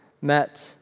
met